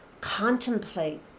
contemplate